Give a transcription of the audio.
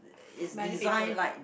fit many people